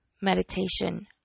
meditation